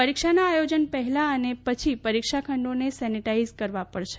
પરીક્ષાના આયોજન પહેલાં અને પછી પરીક્ષા ખંડોને સેનીટાઇઝ કરવા પડશે